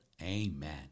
Amen